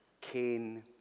Cain